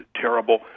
terrible